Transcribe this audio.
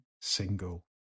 single